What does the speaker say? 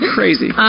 Crazy